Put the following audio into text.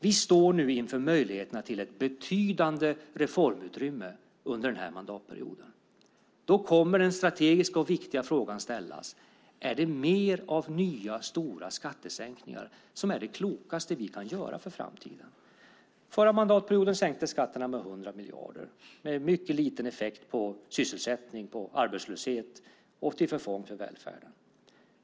Vi står nu inför möjligheterna till ett betydande reformutrymme under denna mandatperiod. Då kommer den strategiska och viktiga frågan att ställas: Är det mer av nya, stora skattesänkningar som är det klokaste vi kan göra för framtiden? Förra mandatperioden sänktes skatterna med 100 miljarder. Det hade mycket liten effekt på sysselsättning och arbetslöshet och var till förfång för välfärden.